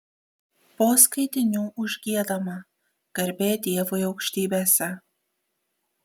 po skaitinių užgiedama garbė dievui aukštybėse